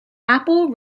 apple